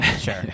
Sure